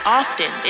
often